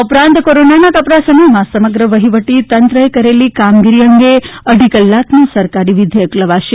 આ ઉપરાંત કોરોનાના કપરા સમયમાં સમગ્ર વહીવટીતંત્રએ કરેલી કામગીરી અંગે અઢી કલાકનું સરકારી વિધ્યેક લવાશે